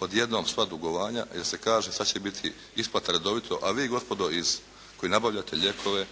odjednom sva dugovanja jer se kaže sad će biti isplata redovito, a vi gospodo iz, koji nabavljate lijekove